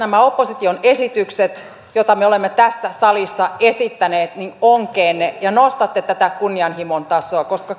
nämä opposition esitykset joita me olemme tässä salissa esittäneet onkeenne ja nostatte tätä kunnianhimon tasoa koska